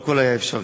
והכול היה אפשרי.